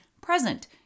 present